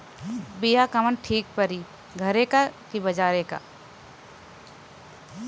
बिया कवन ठीक परी घरे क की बजारे क?